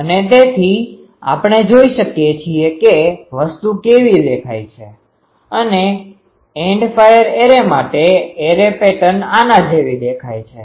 અને તેથી આપણે જોઈ શકીએ છીએ કે વસ્તુ કેવી દેખાય છે એન્ડ ફાયર એરે માટે એરે પેટર્ન આના જેવી દેખાય છે